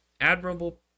admirable